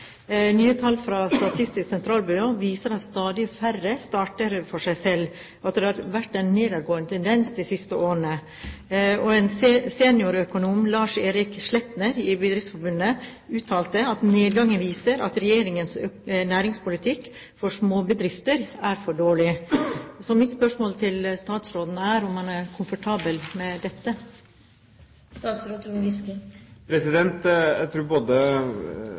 Nye tall fra Statistisk sentralbyrå viser at stadig færre starter for seg selv, og at det har vært en nedadgående tendens de siste årene. Seniorøkonom Lars-Erik Sletner i Bedriftsforbundet uttalte at nedgangen «viser at regjeringens næringspolitikk for småbedrifter er for dårlig». Så mitt spørsmål til statsråden er om han er komfortabel med dette. Jeg tror at både